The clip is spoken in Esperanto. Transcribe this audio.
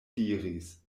diris